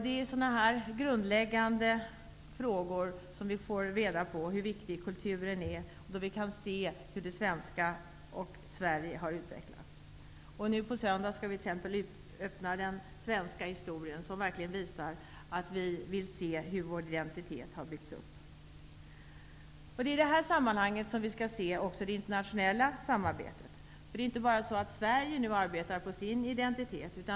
Det är i sådana här grundläggande frågor som vi får reda på hur viktig kulturen är och hur svenskar och Sverige har utvecklats. Nu på söndag skall vi t.ex. öppna en utställning om den svenska historien, som verkligen visar att vi vill se hur vår identitet har byggts upp. Det är i det perspektivet som vi också skall se det internationella samarbetet. Det är inte bara Sverige som nu arbetar på sin identitet.